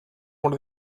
one